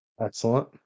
Excellent